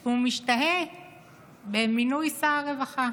שהוא משתהה במינוי שר הרווחה.